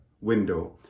window